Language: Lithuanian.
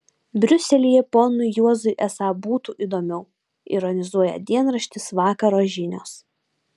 briuselyje ponui juozui esą būtų įdomiau ironizuoja dienraštis vakaro žinios